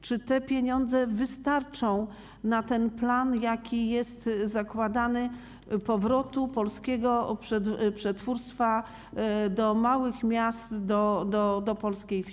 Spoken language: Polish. Czy te pieniądze wystarczą na ten plan, jaki jest zakładany, powrotu polskiego przetwórstwa do małych miast, na polską wieś?